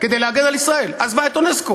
כדי להגן על ישראל, עזבה את אונסק"ו,